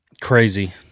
Crazy